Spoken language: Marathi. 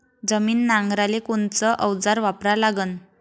जमीन नांगराले कोनचं अवजार वापरा लागन?